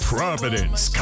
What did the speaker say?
Providence